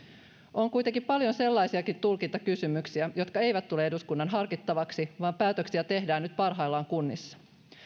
on kuitenkin paljon sellaisiakin tulkintakysymyksiä jotka eivät tule eduskunnan harkittavaksi vaan joissa päätöksiä tehdään nyt parhaillaan kunnissa